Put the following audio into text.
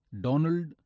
Donald